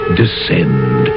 descend